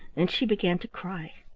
and she began to cry.